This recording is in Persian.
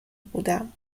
بودم